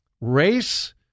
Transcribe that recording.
Race